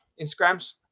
Instagrams